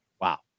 Wow